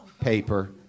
paper